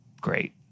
great